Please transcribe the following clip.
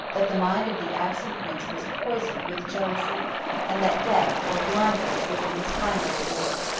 that the mind of the absent prince was poisoned with jealousy and that death, or blindness, would be his final reward.